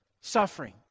suffering